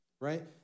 right